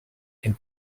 and